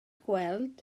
gweld